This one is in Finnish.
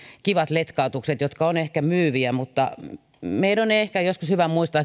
kivat letkautukset jotka ovat ehkä myyviä meidän on ehkä joskus hyvä muistaa